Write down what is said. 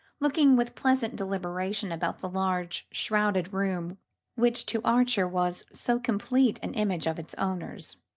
looking with pleasant deliberation about the large shrouded room which to archer was so complete an image of its owners.